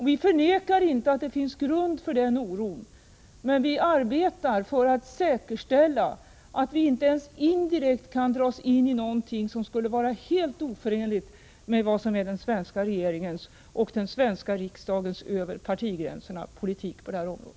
Vi förnekar inte att det finns grund för denna oro, men vi arbetar för att säkerställa att vi inte ens indirekt kan dras in i något som skulle vara helt oförenligt med vad som är den svenska regeringens och — över partigränserna — den svenska riksdagens politik på det här området.